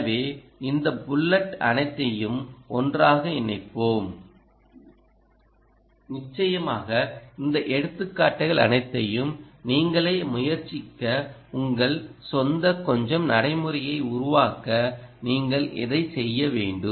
எனவே இந்த புல்லட் அனைத்தையும் ஒன்றாக இணைப்போம்நிச்சயமாக இந்த எடுத்துக்காட்டுகள் அனைத்தையும் நீங்களே முயற்சிக்க உங்கள் சொந்த கொஞ்சம் நடைமுறையை உருவாக்க நீங்கள் இதை செய்ய வேண்டும்